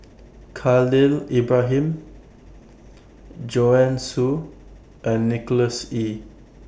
Khalil Ibrahim Joanne Soo and Nicholas Ee